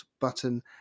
button